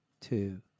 Two